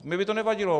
Mně by to nevadilo.